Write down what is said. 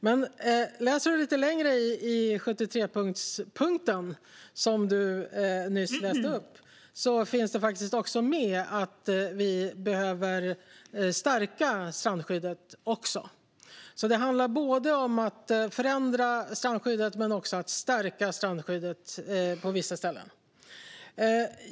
Men om du läser lite längre i den punkt i 73-punktsprogrammet som du nyss läste upp finns det också med att vi behöver stärka strandskyddet. Det handlar både om att förändra strandskyddet och om att stärka det på vissa ställen.